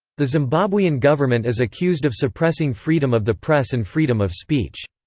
the zimbabwean government is accused of suppressing freedom of the press and freedom of speech.